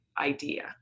idea